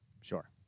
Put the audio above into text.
Sure